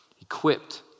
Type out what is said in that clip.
equipped